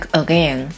again